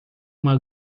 uma